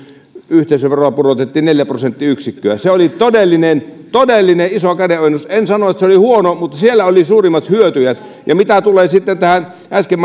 yhteisöveroa pudotettiin neljä prosenttiyksikköä se oli todellinen todellinen iso kädenojennus en sano että se oli huono mutta siellä olivat suurimmat hyötyjät ja mitä tulee sitten äsken